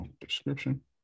description